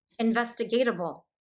investigatable